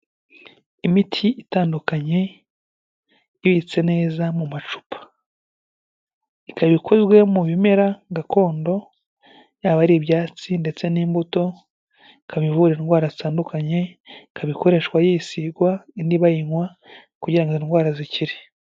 Imiti itandukanye ibitse neza mu macupa, ikaba ikozwe mu bimera gakondo, yaba ari ibyatsi ndetse n'imbuto, ikaba ivura indwara zitandukanye, ikaba ikoreshwa yisigwa indi bayinywa kugira ngo indwara zikire.